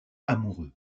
amoureux